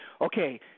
okay